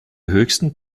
höchsten